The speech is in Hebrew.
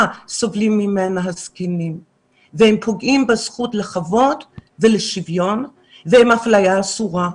סובלים ממנה הזקנים והם פוגעים בזכות לכבוד ולשוויון והם אפליה אסורה.